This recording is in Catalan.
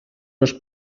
els